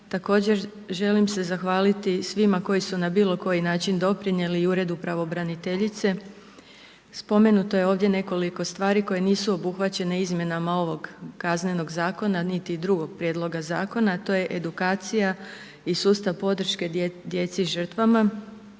Također želim se zahvaliti svima koji su na bilo koji način doprinijeli i Uredu pravobraniteljice. Spomenuto je ovdje nekoliko stvari koje nisu obuhvaćene izmjenama ovog kaznenog zakona niti drugog Prijedloga zakona, a to je edukacija i sustav podrške djeci žrtvama.